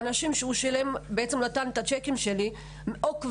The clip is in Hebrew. האנשים שלהם הוא נתן את הצ'קים שלי עוקבים,